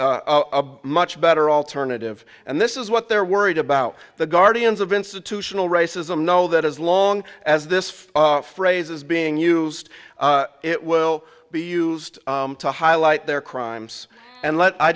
a much better alternative and this is what they're worried about the guardians of institutional racism know that as long as this fire phrase is being used it will be used to highlight their crimes and l